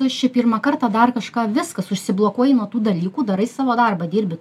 nu aš čia pirmą kartą dar kažką viskas užsiblokuoji nuo tų dalykų darai savo darbą dirbi